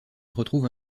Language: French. retrouve